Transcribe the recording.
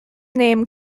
name